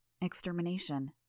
Extermination